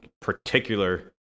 particular